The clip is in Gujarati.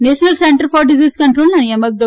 નેશનલ સેન્ટર ફોર ડિસીઝ કંટ્રોલના નિયામક ડો